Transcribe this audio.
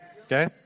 okay